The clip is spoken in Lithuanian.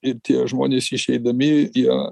ir tie žmonės išeidami jie